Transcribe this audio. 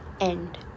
end